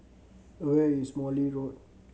where is Morley Road